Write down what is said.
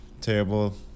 Terrible